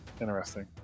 Interesting